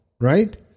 right